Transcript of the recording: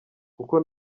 kuko